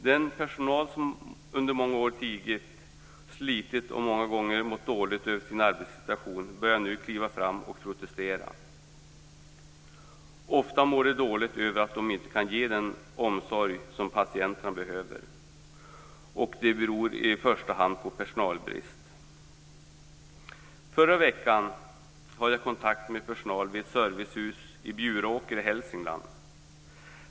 Den personal som under många år tigit, slitit och många gånger mått dåligt på grund av sin arbetssituation börjar nu kliva fram och protestera. Ofta mår man dåligt över att man inte kan ge den omsorg som patienterna behöver, och det beror i första hand på personalbrist. I förra veckan hade jag kontakt med personal vid ett servicehus i Bjuråker i Hälsingland.